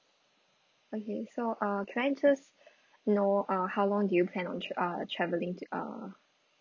okay so uh can I just know uh how long do you plan on tra~ uh travelling uh